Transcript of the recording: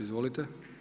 Izvolite.